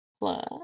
Plus